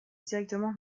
directement